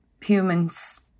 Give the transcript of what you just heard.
humans